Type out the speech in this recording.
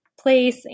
place